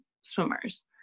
swimmers